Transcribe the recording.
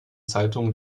zeitungen